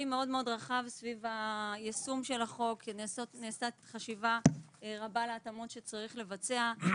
רחב סביב היישום של החוק ונעשתה חשיבה רבה להתאמות שצריך לבצע בו.